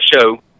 show